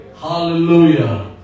Hallelujah